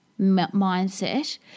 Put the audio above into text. mindset